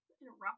Interrupt